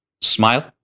Smile